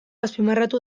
azpimarratu